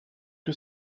que